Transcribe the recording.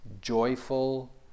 joyful